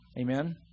Amen